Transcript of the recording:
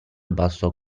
basso